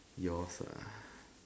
yours ah